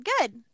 good